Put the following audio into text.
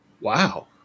wow